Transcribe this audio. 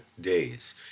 days